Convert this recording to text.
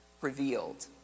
revealed